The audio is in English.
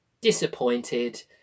Disappointed